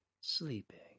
Sleeping